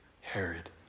Herod